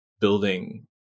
building